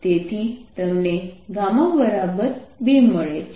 તેથી તમને γ2 મળે છે